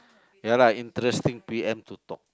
ya lah interesting p_m to talk